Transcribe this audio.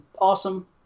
awesome